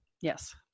Yes